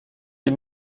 les